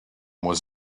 was